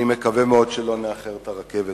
אני מקווה מאוד שלא נאחר את הרכבת,